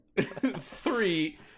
three